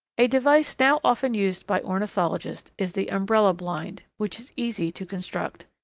a device now often used by ornithologists is the umbrella blind, which is easy to construct.